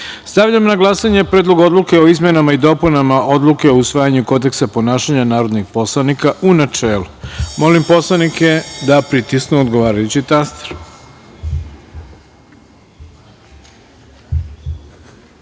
celini. Stavljam na glasanje Predlog odluke o izmenama i dopunama Odluke o usvajanju Kodeksa ponašanja narodnih poslanika, u načelu. Molim poslanike da pritisnu odgovarajući